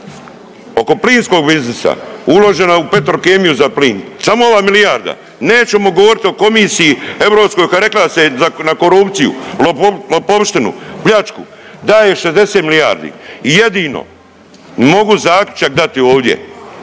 oko plinskog biznisa uložena u Petrokemiju za plin samo ova milijarda nećemo govoriti o Komisiji europskoj koja je rekla da se na korupciju, lopovštinu, pljačku daje 60 milijardi. I jedino mogu zaključak dati ovdje,